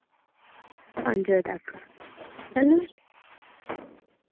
पंज बजे तक चलो